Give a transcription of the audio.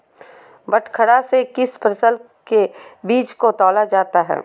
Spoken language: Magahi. बटखरा से किस फसल के बीज को तौला जाता है?